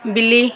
बिल्ली